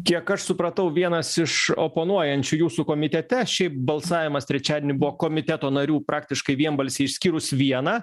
kiek aš supratau vienas iš oponuojančių jūsų komitete šiaip balsavimas trečiadienį komiteto narių praktiškai vienbalsiai išskyrus vieną